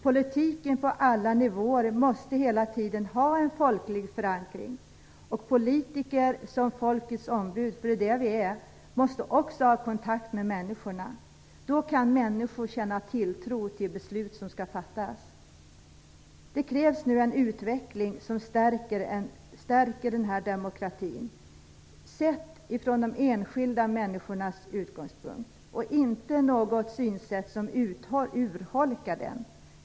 Politiken på alla nivåer måste hela tiden ha en folklig förankring. Politiker som folkets ombud - för det är vad vi är - måste också ha kontakt med människorna. Då kan människor känna tilltro till beslut som skall fattas. Det krävs nu en utveckling som stärker demokratin sett från de enskilda människornas utgångspunkt och inte ett synsätt som urholkar den.